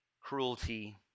cruelty